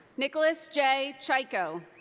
nicholas j. chyko.